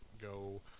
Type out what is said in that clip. go